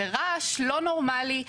זה רעש לא נורמלי,